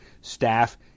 staff